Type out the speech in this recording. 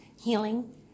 healing